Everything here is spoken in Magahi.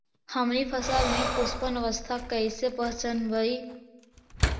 हमनी फसल में पुष्पन अवस्था कईसे पहचनबई?